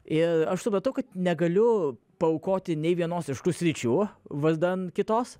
ir aš supratau kad negaliu paaukoti nė vienos iš tų sričių vardan kitos